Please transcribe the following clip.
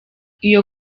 iyo